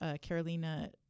Carolina